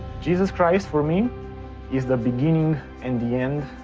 jesus christ for me is the beginning and the end,